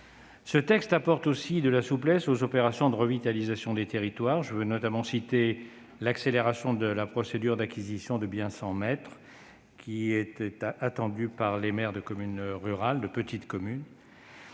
Le texte apporte aussi de la souplesse aux opérations de revitalisation des territoires. Je veux notamment mentionner l'accélération de la procédure d'acquisition de biens sans maître, qui était attendue par les maires de petites communes